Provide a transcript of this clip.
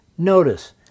Notice